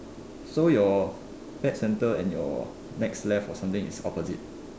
so your pet center and your next left or something is opposite